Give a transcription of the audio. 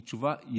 היא תשובה יבשה,